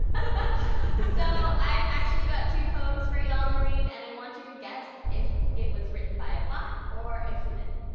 but so i've actually got two poems for y'all to read, and i want you to guess if it was written by a bot or a human.